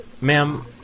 Ma'am